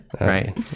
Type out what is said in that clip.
Right